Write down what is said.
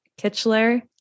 Kitchler